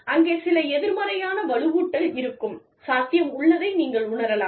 அங்கே சில எதிர்மறையான வலுவூட்டல் இருக்கும் சாத்தியம் உள்ளதை நீங்கள் உணரலாம்